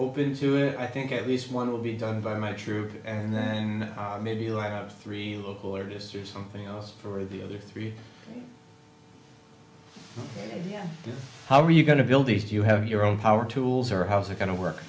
open to it i think at least one will be done by my troop and then maybe like three local artist or something else for the other three yeah how are you going to build these you have your own power tools or how's it going to work